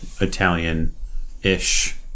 Italian-ish